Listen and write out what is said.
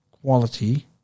quality